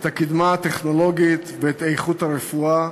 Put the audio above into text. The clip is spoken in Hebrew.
את הקדמה הטכנולוגית ואת איכות הרפואה.